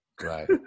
Right